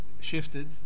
shifted